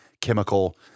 chemical